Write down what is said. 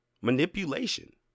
manipulation